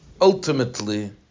ultimately